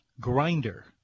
grinder